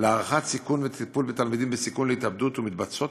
להערכת סיכון וטיפול בתלמידים בסיכון של התאבדות ומתבצעות